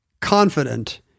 confident